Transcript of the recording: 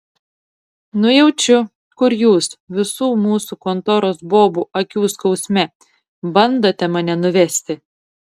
nujaučiu kur jūs visų mūsų kontoros bobų akių skausme bandote mane nuvesti